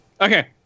okay